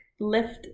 lift